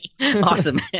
Awesome